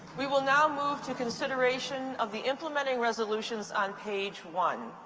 we will now move to consideration of the implementing resolutions on page one.